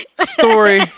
Story